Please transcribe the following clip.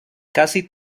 casi